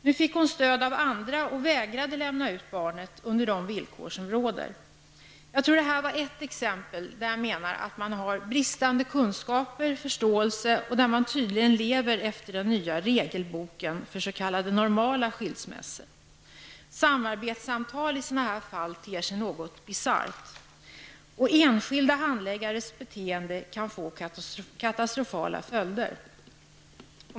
Nu fick hon stöd av andra och vägrade att lämna ut barnet under de villkor som råder. Detta var ett exempel där jag menar att man har bristande kunskaper, förståelse och där man tydligen lever efter den nya regelboken för s.k. normala skilsmässor. Samarbetssamtal i sådana här fall ter sig något bisarra. Enskilda handläggares beteende kan få katastrofala följder.